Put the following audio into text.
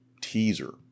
teaser